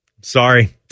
Sorry